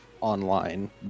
online